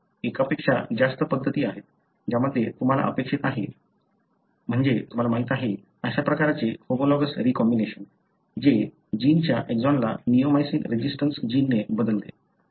एकापेक्षा जास्त पद्धती आहेत ज्यामध्ये तुम्हाला अपेक्षित आहे तुम्हाला माहित आहे अशा प्रकारचे होमोलॉगस रीकॉम्बिनेशन जे जिनच्या एक्सॉनला निओमायसिन रेझिस्टन्स जिनने बदलते